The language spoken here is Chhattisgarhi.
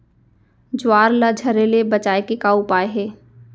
ज्वार ला झरे ले बचाए के का उपाय हे?